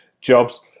jobs